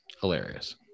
hilarious